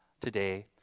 today